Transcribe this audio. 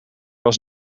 was